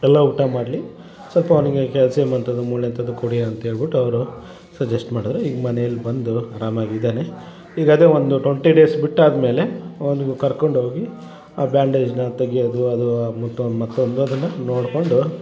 ಎಲ್ಲ ಊಟ ಮಾಡಲಿ ಸ್ವಲ್ಪ ಅವನಿಗೆ ಕ್ಯಾಲ್ಸಿಯಮ್ ಅಂಥದ್ ಮೂಳೆ ಅಂಥದ್ ಕೊಡಿ ಅಂತೇಳ್ಭಿಟ್ಟು ಅವರು ಸಜೆಸ್ಟ್ ಮಾಡಿದ್ರು ಈಗ ಮನೇಲಿ ಬಂದು ಆರಾಮಾಗಿ ಇದಾನೆ ಈಗ ಅದೇ ಒಂದು ಟ್ವಂಟಿ ಡೇಸ್ ಬಿಟ್ಟು ಆದಮೇಲೆ ಅವನು ಕರ್ಕೊಂಡು ಹೋಗಿ ಆ ಬ್ಯಾಂಡೇಜ್ನ ತೆಗಿಯೋದು ಅದು ಮತ್ತ ಮತ್ತೊಂದು ಅದನ್ನು ನೋಡ್ಕೊಂಡು